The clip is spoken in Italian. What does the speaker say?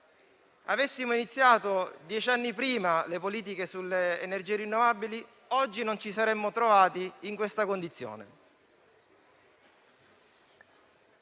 avessimo iniziato dieci anni prima le politiche sulle energie rinnovabili, oggi non ci saremmo trovati in questa condizione.